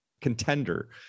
contender